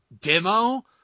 demo